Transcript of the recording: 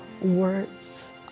words